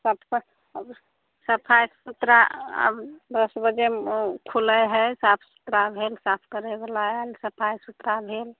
सबतरि खाली सफाइ सुथरा आब दस बजेमे खुलै हइ साफ सुथरा भेल साफ करैवला आएल सफाइ सुथरा भेल